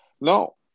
No